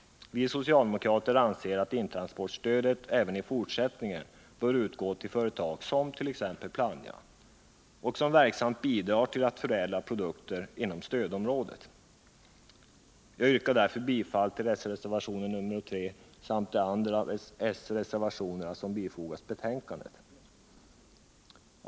Vi socialdemokrater anser att intransportstödet även i fortsättningen bör utgå till företag som Plannja, som verksamt bidrar till att förädla produkter inom stödområdet. Jag yrkar därför bifall till s-reservationen nr 3 samt till de andra s-reservationer som bifogats betänkandet.